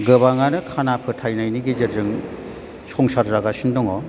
गोबाङानो खाना फोथायनायनि गेजेरजों संसार जागासिनो दङ